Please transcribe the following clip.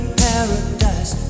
paradise